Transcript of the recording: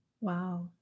wow